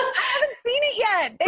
i haven't seen it? yeah yeah